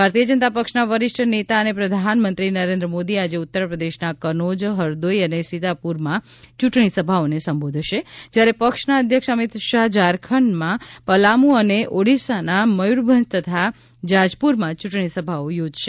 ભારતીય જનતા પક્ષના વરિષ્ઠ નેતા અને પ્રધાનમંત્રી નરેન્દ્ર મોદી આજે ઉત્તર પ્રદેશના કનોજ હરદોઈ અને સીતાપુરમાં ચુંટણી સભાઓને સંબોધશે જયારે પક્ષના અધ્યક્ષ અમિત શાહ જારખંડના પલામુ અને ઓડીશાના મયુરભંજ તથા જાજપુરમાં ચુંટણી સભાઓ યોજશે